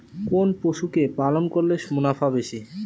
কোন পশু কে পালন করলে মুনাফা বেশি?